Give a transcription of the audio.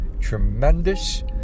tremendous